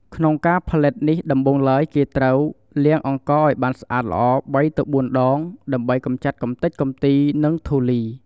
ក្នុងការផលិតនេះដំបូងឡើយគេត្រូវ លាងអង្ករឲ្យបានស្អាតល្អ ៣-៤ ដង ដើម្បីកម្ចាត់កម្ទេចកំទី និងធូលី។